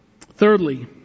Thirdly